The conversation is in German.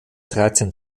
dreizehn